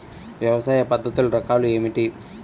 వ్యవసాయ పద్ధతులు రకాలు ఏమిటి?